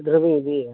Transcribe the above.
ᱰᱷᱮᱹᱨ ᱵᱤᱱ ᱤᱫᱤᱭᱮᱜᱼᱟ